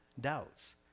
doubts